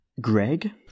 Greg